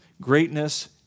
greatness